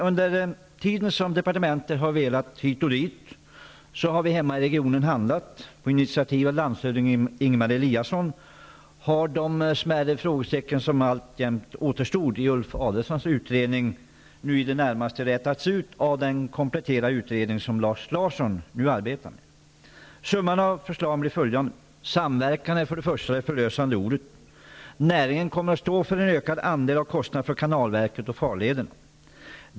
Under tiden som departementet har velat hit och dit har vi handlat hemma i regionen. På initiativ av landshövding Ingemar Eliasson har de smärre frågetecken som alltjämt återstod i Ulf Adelsohns utredning nu i det närmaste rätats ut av den kompletterande utredning som Lars Larsson nu arbetar med. Summan av förslagen blir följande. Samverkan är det förlösande ordet. Näringen kommer att stå för en ökad andel av kostnaderna för kanalverket och farlederna.